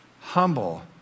Humble